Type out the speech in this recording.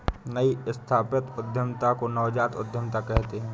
नई स्थापित उद्यमिता को नवजात उद्दमिता कहते हैं